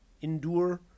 endure